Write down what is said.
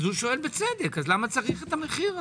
הוא שואל בצדק: למה צריך את המחיר הזה?